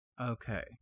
Okay